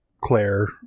Claire